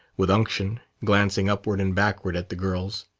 with unction, glancing upward and backward at the girls.